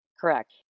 Correct